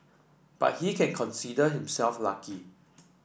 but he can consider himself lucky